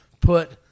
put